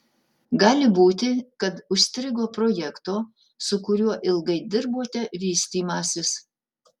gali būti kad užstrigo projekto su kuriuo ilgai dirbote vystymasis